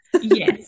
Yes